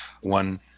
one